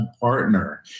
partner